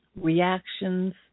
reactions